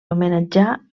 homenatjar